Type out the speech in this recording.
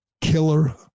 killer